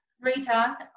Rita